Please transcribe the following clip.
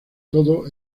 todo